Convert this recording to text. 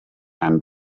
and